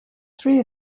three